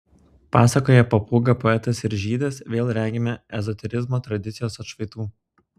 pasakoje papūga poetas ir žydas vėl regime ezoterizmo tradicijos atšvaitų